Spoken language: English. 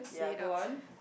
ya go on